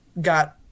got